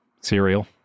Cereal